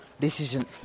decision